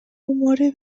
umore